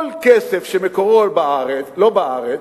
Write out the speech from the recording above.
כל כסף שמקורו לא בארץ,